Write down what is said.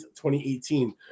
2018